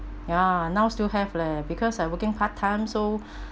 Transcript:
ya now still have leh because I working part-time so